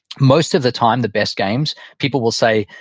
most of the time the best games, people will say,